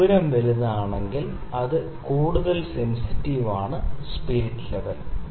ഈ ദൂരം വലുതാണെങ്കിൽ കൂടുതൽ സെൻസിറ്റീവ് ആണ് സ്പിരിറ്റ് ലെവൽ